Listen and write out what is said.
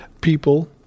People